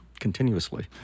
continuously